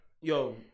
yo